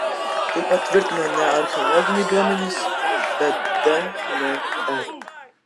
tai patvirtina ne archeologiniai duomenys bet dnr